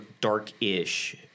dark-ish